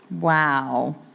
Wow